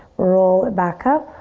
roll it back up.